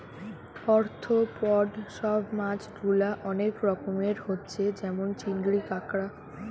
arthropod সব মাছ গুলা অনেক রকমের হচ্ছে যেমন চিংড়ি, কাঁকড়া